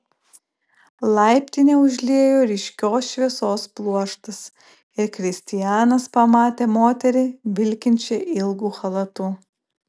laiptinę užliejo ryškios šviesos pluoštas ir kristianas pamatė moterį vilkinčią ilgu chalatu